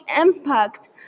impact